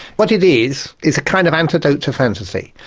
what it is, is a kind of antidote to fantasy.